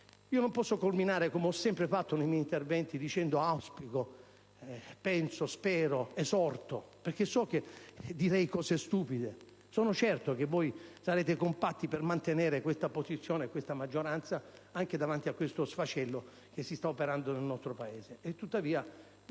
Non posso terminare, come ho sempre fatto nei miei interventi, dicendo auspico, penso, spero, esorto, perché so che direi cose stupide. Sono certo, infatti, che voi voterete compatti per mantenere questa posizione e questa maggioranza anche di fronte allo sfacelo che si sta operando nel nostro Paese.